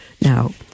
now